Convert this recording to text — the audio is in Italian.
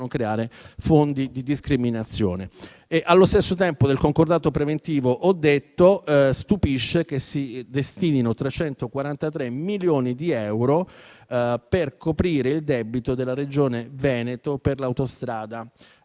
creare fondi di discriminazione. Per quanto riguarda il concordato preventivo, stupisce che si destinino 343 milioni di euro per coprire il debito della Regione Veneto per l'autostrada